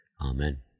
Amen